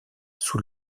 sous